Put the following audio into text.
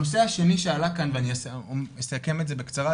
הנושא השני שעלה כאן ואני אסכם את זה בקצרה,